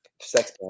Sex